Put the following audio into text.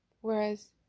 whereas